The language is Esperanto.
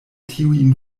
tiujn